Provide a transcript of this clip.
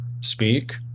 speak